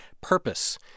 purpose